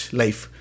life